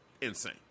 insane